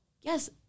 Yes